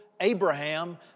Abraham